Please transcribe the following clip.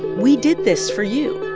we did this for you.